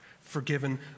forgiven